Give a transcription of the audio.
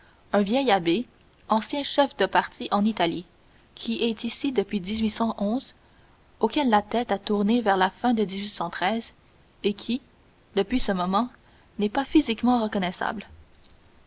un vieil abbé ancien chef de parti en italie qui est ici depuis auquel la tête a tourné vers la fin de et qui depuis ce moment n'est pas physiquement reconnaissable